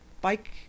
bike